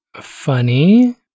funny